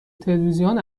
تلویزیون